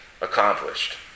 accomplished